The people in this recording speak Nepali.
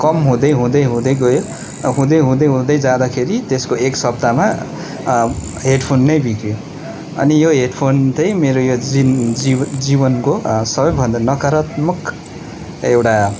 कम हुँदै हुँदै हुँदै गयो हुँदै हुँदै हुँदै जाँदाखेरि त्यसको एक सप्ताहमा हेडफोन नै बिग्रियो अनि यो हेडफोन चाहिँ मेरो यो जिन जीवनको सबैभन्दा नकारात्मक एउटा